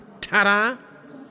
ta-da